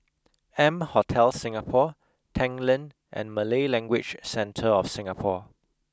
M Hotel Singapore Tanglin and Malay Language Centre of Singapore